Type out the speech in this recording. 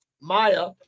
Maya